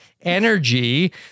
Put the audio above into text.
Energy